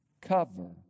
Cover